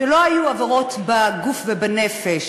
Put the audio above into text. שלא היו עבירות בגוף ובנפש.